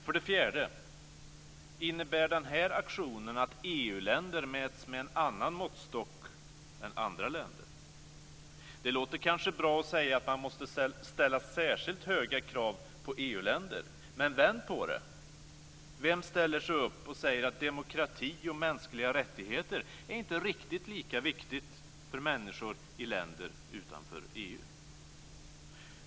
För det fjärde: Innebär den här aktionen att EU länder mäts med en annan måttstock än andra länder? Det låter kanske bra att säga att man måste ställa särskilt höga krav på EU-länder, men vänd på det! Vem ställer sig upp och säger att demokrati och mänskliga rättigheter inte är riktigt lika viktigt för människor i länder utanför EU?